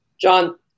John